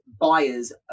buyers